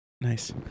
Nice